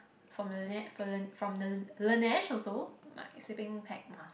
from the Laneige for then from the Laneige also my sleeping pack must